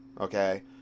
okay